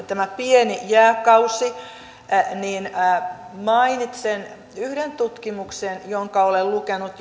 tämä pieni jääkausi niin mainitsen yhden tutkimuksen jonka olen lukenut